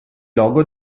logo